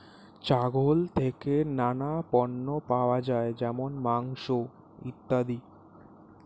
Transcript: ছাগল থেকে নানা পণ্য পাওয়া যায় যেমন মাংস, ইত্যাদি